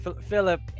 Philip